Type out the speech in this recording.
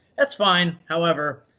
that's fine. however,